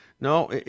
No